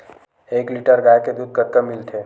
एक लीटर गाय के दुध कतका म मिलथे?